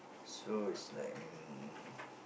so it's like mm